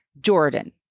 Jordan